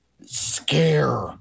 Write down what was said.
scare